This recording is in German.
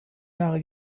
jahre